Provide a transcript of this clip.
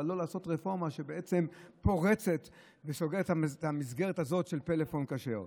אבל לא לעשות רפורמה שבעצם פורצת וסוגרת את המסגרת של פלאפון כשר.